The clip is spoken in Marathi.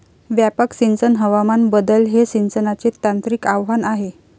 व्यापक सिंचन हवामान बदल हे सिंचनाचे तांत्रिक आव्हान आहे